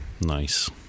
Nice